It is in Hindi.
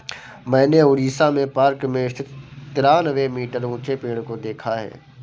मैंने उड़ीसा में पार्क में स्थित तिरानवे मीटर ऊंचे पेड़ को देखा है